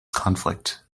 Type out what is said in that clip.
conflict